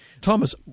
Thomas